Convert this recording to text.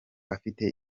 afite